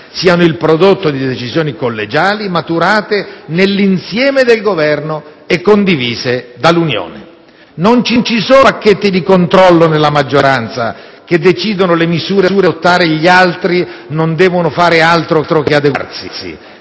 siano il prodotto di decisioni collegiali, maturate nell'insieme del Governo e condivise dall'Unione. Non ci sono pacchetti di controllo nella maggioranza che decidono le misure da adottare, e gli altri non devono fare altro che adeguarsi.